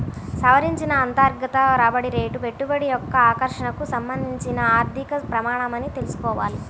సవరించిన అంతర్గత రాబడి రేటు పెట్టుబడి యొక్క ఆకర్షణకు సంబంధించిన ఆర్థిక ప్రమాణమని తెల్సుకోవాలి